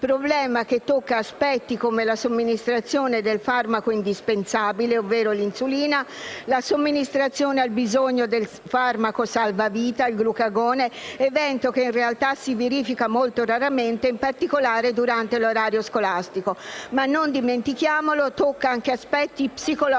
problema che tocca aspetti come la somministrazione del farmaco indispensabile (ovvero l'insulina) e la somministrazione al bisogno del farmaco salvavita (il glucagone): evento, quest'ultimo, che in realtà si verifica molto raramente, in particolare durante l'orario scolastico. Non dimentichiamo poi che tale questione tocca anche aspetti psicologici,